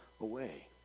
away